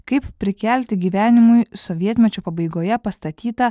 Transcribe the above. kaip prikelti gyvenimui sovietmečio pabaigoje pastatytą